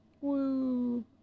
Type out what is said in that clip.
Woo